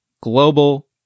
Global